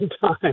time